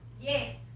yes